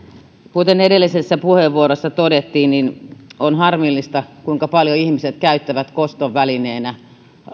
kuten edellisessä puheenvuorossa todettiin on harmillista kuinka paljon ihmiset käyttävät koston välineenä